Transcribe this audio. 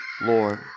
Lord